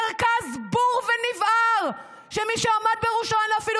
מרכז בור ונבער שמי שעומד בראשו אין לו אפילו